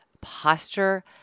posture